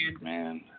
man